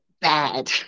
bad